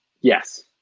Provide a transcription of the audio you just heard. Yes